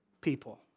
people